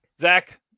Zach